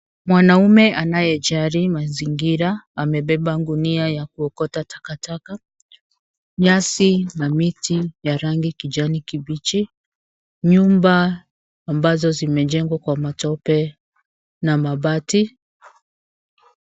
Mwanaume anayejali mazingira amebeba gunia ya kuokota takataka. Nyasi na miti ya rangi ya kijani kibichi. Nyumba ambazo zimejengwa kwa matope na mabati.